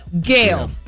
Gail